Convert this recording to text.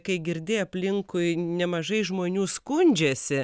kai girdi aplinkui nemažai žmonių skundžiasi